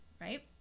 right